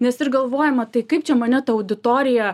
nes ir galvojama tai kaip čia mane ta auditorija